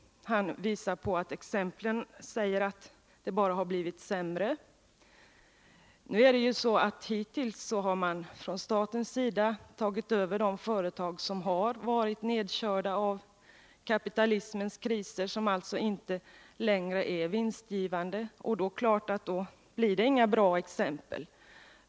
Han menar att exemplen visar att det bara har blivit sämre. Men hittills har man ju från statens sida tagit över de företag som varit nedkörda av kapitalismens kriser och som inte längre är vinstgivande. Och då är det klart att det inte blir några bra exempel.